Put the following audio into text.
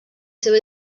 seva